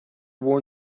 warn